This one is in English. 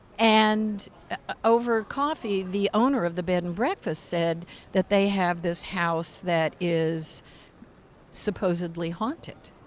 and ah over coffee, the owner of the bed and breakfast said that they have this house that is supposedly haunted.